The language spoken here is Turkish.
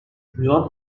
yunan